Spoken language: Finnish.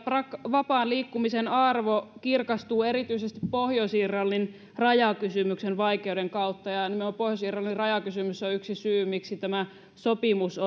vapaan liikkumisen arvo kirkastuu erityisesti pohjois irlannin rajakysymyksen vaikeuden kautta ja nimenomaan pohjois irlannin rajakysymys on yksi syy miksi tämä sopimus